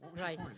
right